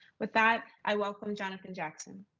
with that i welcome johnathan jackson.